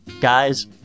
Guys